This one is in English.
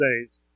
days